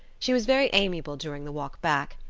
she was very amiable during the walk back,